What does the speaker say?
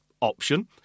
option